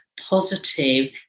positive